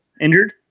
injured